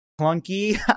clunky